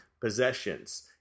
possessions